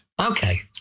Okay